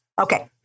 okay